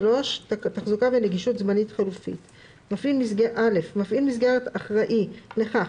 "תחזוקה ונגישות זמנית חלופית 33. מפעיל מסגרת אחראי לכך